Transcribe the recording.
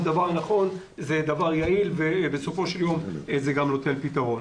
נכון ויעיל ובסופו של יום גם נותן פתרון.